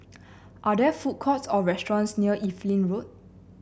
are there food courts or restaurants near Evelyn Road